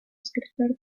escritor